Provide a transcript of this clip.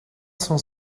cent